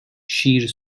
شیر